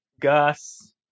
Gus